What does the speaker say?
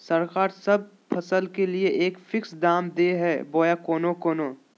सरकार सब फसल के लिए एक फिक्स दाम दे है बोया कोनो कोनो?